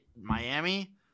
Miami